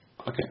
Okay